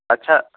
আচ্ছা